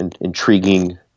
intriguing